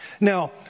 Now